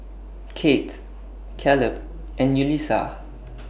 Kate Caleb and Yulisa